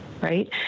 right